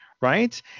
right